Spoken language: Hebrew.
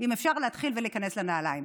אם אפשר להתחיל ולהיכנס לנעליים.